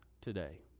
today